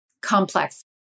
complex